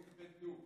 איך בין דא.